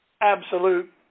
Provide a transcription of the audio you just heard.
absolute